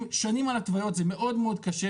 שנים על התוויות וזה מאוד מאוד קשה,